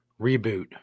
reboot